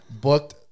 booked